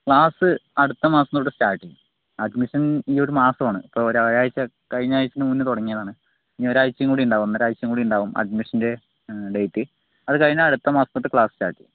class അടുത്തമാസംതൊട്ട് start ചെയ്യും admission ഈയൊരുമാസമാണ് ഇപ്പോൾ ഈയൊരാഴ്ച കഴിഞ്ഞാഴ്ചയുടെ മുന്നേ തുടങ്ങിയതാണ് ഇനി ഒരഴ്ചകൂടെ ഉണ്ടാകും അഡ്മിഷന്റെ ഡേറ്റ് അത് കഴിഞ്ഞാൽ അടുത്ത മാസംതൊട്ട് സ്റ്റാർട്ട് ചെയ്യും